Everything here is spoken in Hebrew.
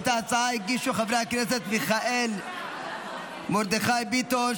את ההצעה הגישו חברי הכנסת מיכאל מרדכי ביטון,